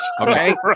Okay